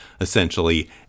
essentially